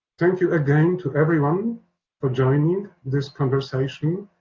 thank you again to everyone for joining this conversation,